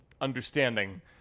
understanding